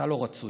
אתה לא רצוי.